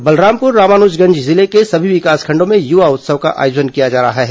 और बलरामपुर रामानुजगंज जिले के सभी विकासखंडों में युवा उत्सव का आयोजन किया जा रहा है